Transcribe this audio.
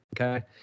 Okay